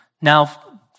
Now